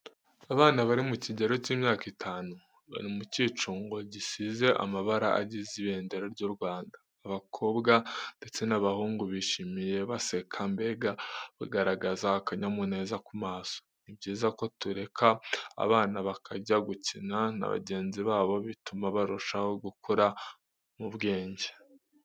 Abana bari mu kigero cy'imyaka itanu, bari mu cyicungo gisize amabara agize ibendera ry'u Rwanda, abakobwa ndetse n'abahungu, bishimye, baseka mbega bagaragaza akanyamuneza ku maso. Ni byiza ko tureka abana bakajya gukina na bagenzi babo, bituma barushaho gukura mu bwenge.